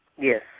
Yes